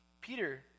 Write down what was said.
Peter